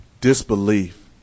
disbelief